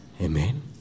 Amen